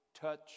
touch